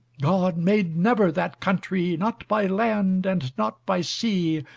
god made never that countrie, not by land, and not by sea,